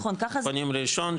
פונים לראשון,